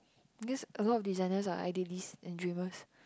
because a lot of designers are idealist and dreamers